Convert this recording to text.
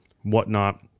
whatnot